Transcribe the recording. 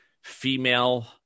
female